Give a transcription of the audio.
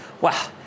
wow